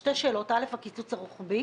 שתי השאלות הן: א', הקיצוץ הרוחבי,